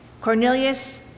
Cornelius